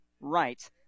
right